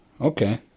Okay